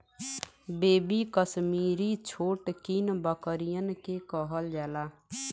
baby Kashmiri छोटकिन बकरियन के कहल जाला